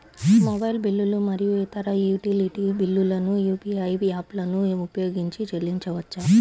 mobile బిల్లులు మరియు ఇతర యుటిలిటీ బిల్లులను యూ.పీ.ఐ యాప్లను ఉపయోగించి చెల్లించవచ్చు